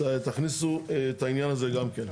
תכניסו את העניין הזה גם כן.